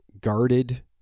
guarded